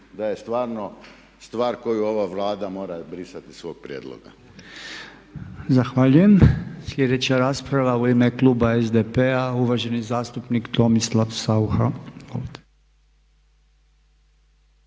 da je stvarno stvar koju ova Vlada mora brisati iz svoga prijedloga. **Podolnjak, Robert (MOST)** Zahvaljujem. Slijedeća rasprava u ime kluba SDP-a uvaženi zastupnik Tomislav Saucha.